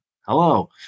hello